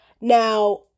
Now